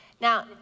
Now